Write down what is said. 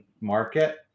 market